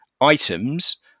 items